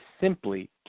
simply